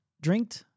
drank